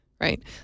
right